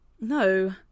No